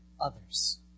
others